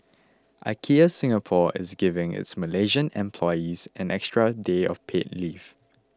IKEA Singapore is giving its Malaysian employees an extra day of paid leave